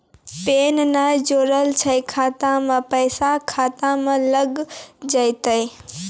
Pan ने जोड़लऽ छै खाता मे पैसा खाता मे लग जयतै?